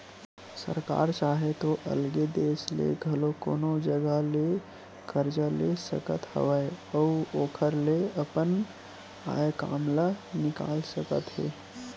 सरकार चाहे तो अलगे देस ले घलो कोनो जघा ले करजा ले सकत हवय अउ ओखर ले अपन आय काम ल निकाल सकत हे